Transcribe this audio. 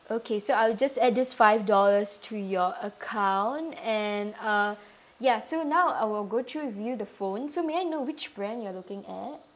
okay so I'll just add this five dollars to your account and uh ya so now I will go through with you the phone so may I know which brand you're looking at